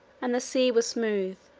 and the sea was smooth,